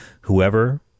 whoever